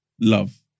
love